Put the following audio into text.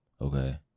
Okay